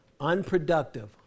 Unproductive